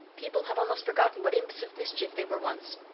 people have almost forgotten what imps of mischief they were once.